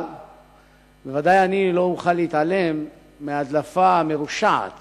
אבל בוודאי אני לא אוכל להתעלם מההדלפה המרושעת